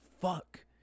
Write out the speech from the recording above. fuck